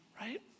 Right